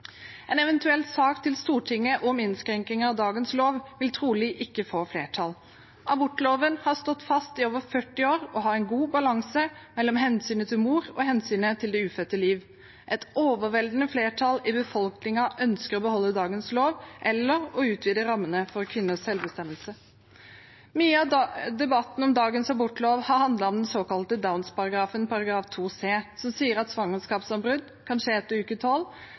En eventuell sak til Stortinget om innskrenkninger av dagens lov vil trolig ikke få flertall. Abortloven har stått fast i over 40 år og har en god balanse mellom hensynet til mor og hensynet til det ufødte liv. Et overveldende flertall i befolkningen ønsker å beholde dagens lov eller å utvide rammene for kvinners selvbestemmelse. Mye av debatten om dagens abortlov har handlet om den såkalte Downs-paragrafen, § 2 c, som sier at svangerskapsavbrudd kan skje etter uke tolv